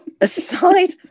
aside